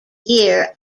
year